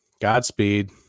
godspeed